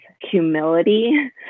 humility